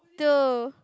two